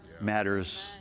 matters